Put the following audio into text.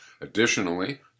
Additionally